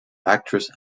actress